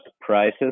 prices